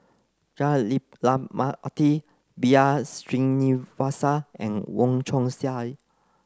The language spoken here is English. Jah Lelamati B R Sreenivasan and Wong Chong Sai